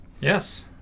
Yes